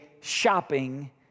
shopping